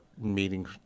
meeting